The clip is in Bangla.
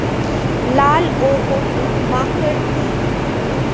লাল ও হলুদ মাকর কী?